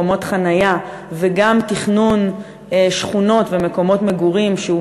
מקומות חניה וגם תכנון שכונות ומקומות מגורים שהוא